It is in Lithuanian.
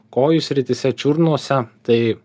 kojų srityse čiurnose tai